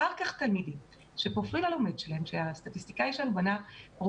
אחר כך --- שפרופיל --- הסטטיסטיקאי שלנו בנה לכל תלמיד